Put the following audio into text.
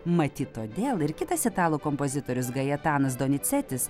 matyt todėl ir kitas italų kompozitorius gajetanas donicetis